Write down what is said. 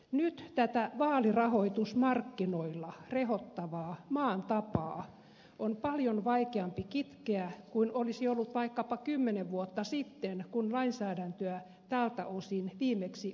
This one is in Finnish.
nyt tätä vaalirahoitusmarkkinoilla rehottavaa maan tapaa on paljon vaikeampi kitkeä kuin olisi ollut vaikkapa kymmenen vuotta sitten kun lainsäädäntöä tältä osin viimeksi uudistettiin